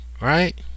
Right